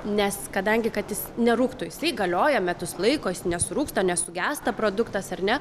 nes kadangi kad jis nerūgtų jisai galioja metus laiko jis nesurūgsta nesugęsta produktas ar ne